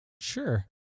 Sure